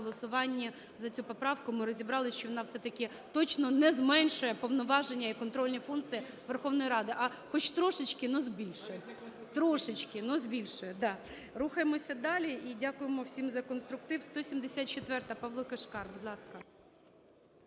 за цю поправку, ми розібратися, що вона все-таки точно не зменшує повноваження і контрольні функції Верховної Ради, а хоч трошечки, но збільшує, трошечки, но збільшує. Да. Рухаємося далі і дякуємо всім за конструктив. 174-а, Павло Кишкар. Будь ласка.